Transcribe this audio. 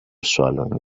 swallowing